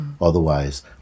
Otherwise